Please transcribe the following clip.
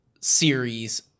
series